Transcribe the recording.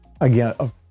again